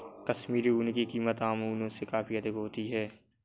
कश्मीरी ऊन की कीमत आम ऊनों से काफी अधिक होती है